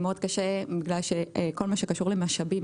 מאוד קשה בגלל כל מה שקשור למשאבים.